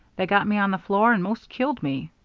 they got me on the floor and most killed me.